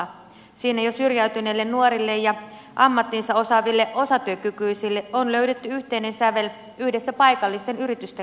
siinä jo syrjäytyneille nuorille ja ammattinsa osaaville osatyökykyisille on löydetty yhteinen sävel yhdessä paikallisten yritysten kanssa